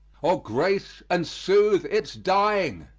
or grace and soothe its dying